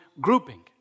grouping